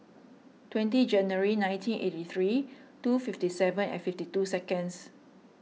twenty January nineteen eighty three two fifty seven and fifty two seconds